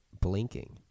blinking